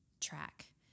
track